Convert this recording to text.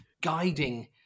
guiding